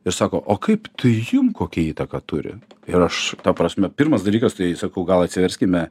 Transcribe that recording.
ir sako o kaip tai jum kokią įtaką turi ir aš ta prasme pirmas dalykas tai sakau gal atsiverskime